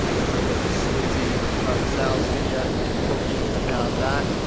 and so there's this sleazy kind of sells video talking about that.